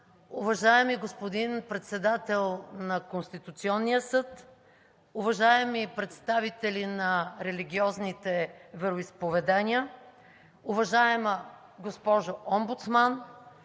уважаеми господин Председател на Конституционния съд, уважаеми представители на религиозните вероизповедания, уважаема госпожо Омбудсман,